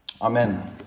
Amen